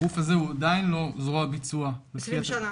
הגוף הזה עדיין לא זרוע ביצוע לפי התקנות.